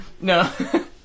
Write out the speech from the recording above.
No